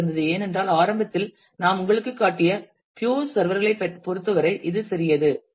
B சிறந்தது ஏனென்றால் ஆரம்பத்தில் நாம் உங்களுக்குக் காட்டிய பியூர் சர்வர் களைப் பொறுத்தவரை இது சிறியது